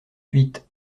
huit